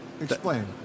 Explain